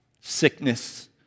sickness